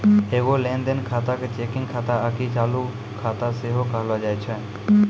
एगो लेन देन खाता के चेकिंग खाता आकि चालू खाता सेहो कहलो जाय छै